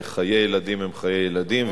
חיי ילדים הם חיי ילדים.